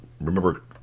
remember